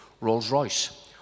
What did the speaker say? Rolls-Royce